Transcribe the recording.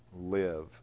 live